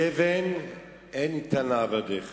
"תבן אין נתן לעבדיך